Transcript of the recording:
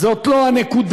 זאת לא הנקודה.